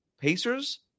Pacers